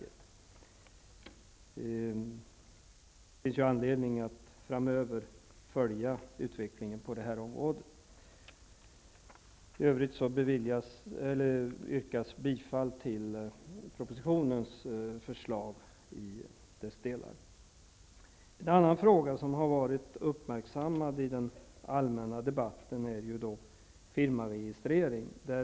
Det finns anledning att framöver följa utvecklingen på detta område. En annan fråga som har varit uppmärksammad i den allmänna debatten är firmaregistrering.